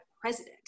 president